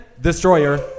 Destroyer